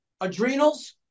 adrenals